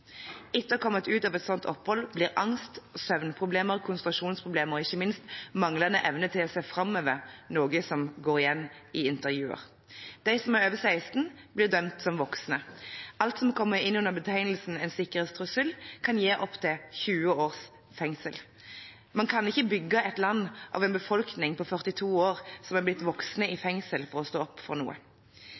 Etter å ha kommet ut av et slikt opphold blir angst, søvnproblemer, konsentrasjonsproblemer og ikke minst manglende evne til å se framover noe som går igjen i intervjuer. De som er over 16, blir dømt som voksne. Alt som kommer inn under betegnelsen «en sikkerhetstrussel», kan gi opp til 20 års fengsel. Man kan ikke bygge et land av en befolkning på 42 år som har blitt voksne i fengsel for å stå opp for noe.